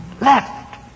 left